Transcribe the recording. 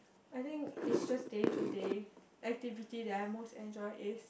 I think it's just day to day activity that I most enjoy if